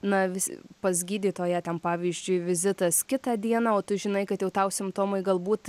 na vis pas gydytoją ten pavyzdžiui vizitas kitą dieną o tu žinai kad jau tau simptomai galbūt